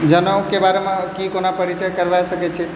जनेऊके बारेमे की कोना परिचय करबा सकै छी